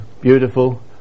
beautiful